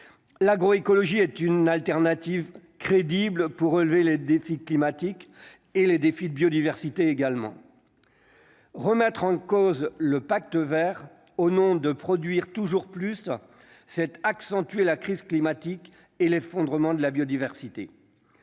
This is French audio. l'agroécologie est une alternative crédible pour relever les défis climatique et les défis de biodiversité également remettre en cause le pacte Vert au nom de produire toujours plus 7 accentuer la crise climatique et l'effondrement de la biodiversité,